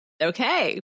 Okay